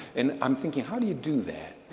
and i'm thinking, how do you do that?